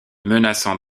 menaçant